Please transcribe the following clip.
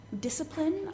discipline